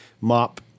mop